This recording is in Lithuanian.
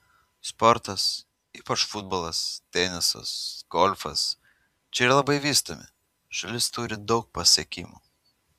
sportas ypač futbolas tenisas golfas čia yra labai vystomi šalis turi daug pasiekimų